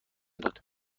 داد